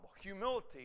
Humility